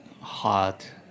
hot